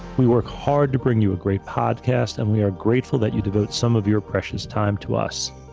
we work hard to bring you a great podcast, and we are grateful that you devote some of your precious time to us.